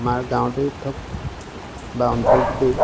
আমাৰ গাঁৱতে হওক বা অঞ্চলটোতেই